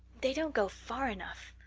they don't go far enough.